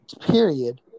period